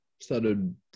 started